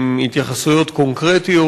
עם התייחסויות קונקרטיות,